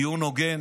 התפתח דיון הוגן.